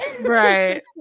right